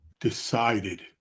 decided